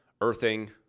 earthing